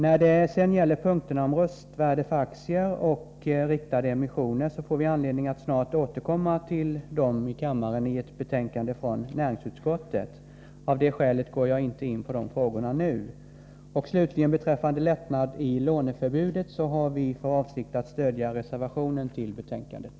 När det gäller punkterna om röstvärde på aktier och riktade emissioner får vi anledning att snart återkomma i samband med ett betänkande för näringsutskottet. Av det skälet går jag inte in på de frågorna nu. När det gäller lättnader i låneförbudet har vi för avsikt att stödja reservationen i betänkandet.